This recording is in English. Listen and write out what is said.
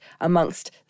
amongst